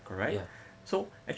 ya